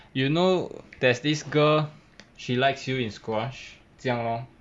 you know there's this girl she likes you in squash 这样 lor